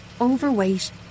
overweight